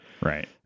right